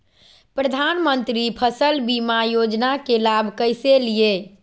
प्रधानमंत्री फसल बीमा योजना के लाभ कैसे लिये?